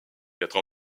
quatre